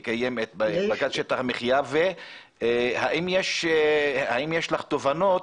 האם יש לך תובנות